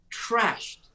trashed